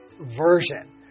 version